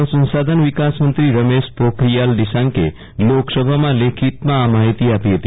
માનવ સંસાધન વિકાસ મંત્રી રમેશ પોખરીયાલ નિશાંકે લોકસભામાં લેખિતમાં આ માહિતી આપી હતી